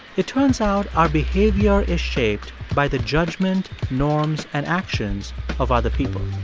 it turns out our behavior is shaped by the judgment, norms and actions of other people.